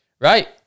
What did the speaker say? right